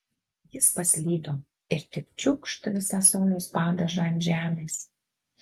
jis paslydo ir tik čiūkšt visą sojos padažą ant žemės